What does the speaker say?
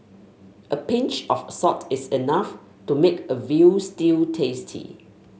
a pinch of salt is enough to make a veal stew tasty